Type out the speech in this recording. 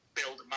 build